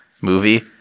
movie